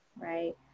right